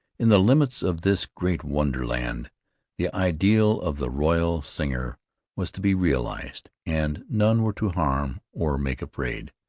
in the limits of this great wonderland the ideal of the royal singer was to be realized, and none were to harm or make afraid.